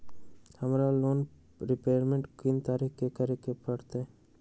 हमरा loan repayment कोन तारीख के करे के परतई?